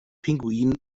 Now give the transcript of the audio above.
pinguinen